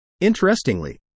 Interestingly